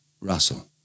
Russell